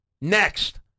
next